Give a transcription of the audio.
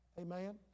Amen